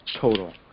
total